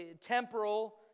temporal